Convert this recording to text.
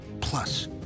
plus